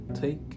take